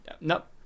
Nope